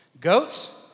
Goats